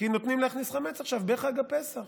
כי עכשיו נותנים להכניס חמץ בחג הפסח.